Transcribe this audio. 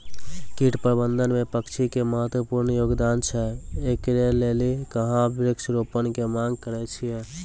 कीट प्रबंधन मे पक्षी के महत्वपूर्ण योगदान छैय, इकरे लेली यहाँ वृक्ष रोपण के मांग करेय छैय?